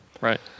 Right